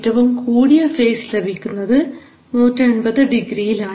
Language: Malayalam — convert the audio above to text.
ഏറ്റവും കൂടിയ ഫേസ് ലഭിക്കുന്നത് 180 ഡിഗ്രിയിലാണ്